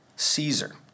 Caesar